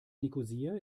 nikosia